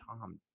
Tom